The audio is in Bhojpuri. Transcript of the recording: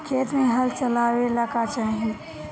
खेत मे हल चलावेला का चाही?